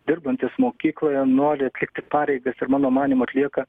dirbantis mokykloje nori atlikti pareigas ir mano manymu atlieka